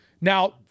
Now